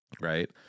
Right